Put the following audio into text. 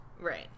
right